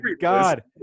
God